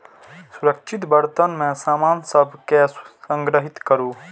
सुरक्षित बर्तन मे सामान सभ कें संग्रहीत करू